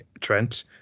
Trent